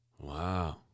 Wow